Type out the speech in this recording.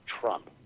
Trump